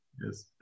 yes